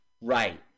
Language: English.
right